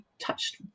touched